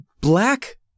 black